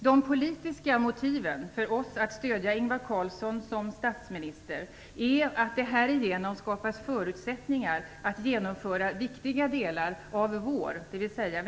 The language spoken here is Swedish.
De politiska motiven för oss att stödja Ingvar Carlsson som statsminister är att det härigenom skapas förutsättningar att genomföra viktiga delar av vår, dvs.